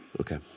Okay